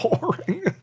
boring